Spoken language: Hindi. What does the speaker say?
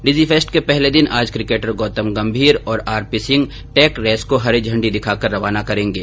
डिजीफेस्ट के पहले दिन आज किकेटर गौतम गंभीर और R P Singh tech race को हरी झंडी दिखाकर रवाना करेंगे